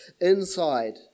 inside